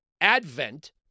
advent